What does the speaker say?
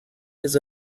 his